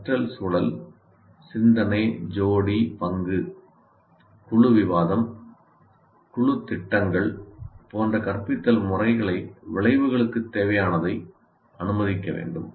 கற்றல் சூழல் சிந்தனை ஜோடி பங்கு குழு விவாதம் குழுத் திட்டங்கள் போன்ற கற்பித்தல் முறைகளை விளைவுகளுக்குத் தேவையானதை அனுமதிக்க வேண்டும்